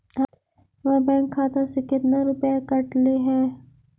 हमरा बैंक खाता से कतना रूपैया कटले है?